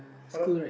for a